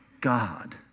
God